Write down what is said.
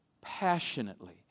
passionately